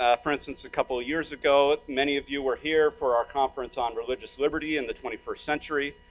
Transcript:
ah for instance, a couple of years ago, many of you were here for our conference on religious liberty in the twenty first century.